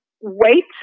wait